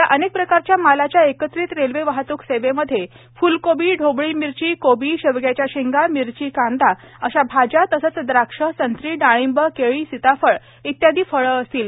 या अनेक प्रकारच्या मालाच्या एकत्रित रेल्वे वाहतूक सेवेमध्ये फ्लकोबी ढोबळी मिरची कोबी शेवग्याच्या शेंगा मिरची कांदा अशा भाज्या तसेच द्राक्षे संत्री डाळिंब केळी सीताफळ इत्यादी फळे असतील